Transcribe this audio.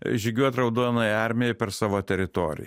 žygiuot raudonajai armijai per savo teritoriją